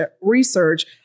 research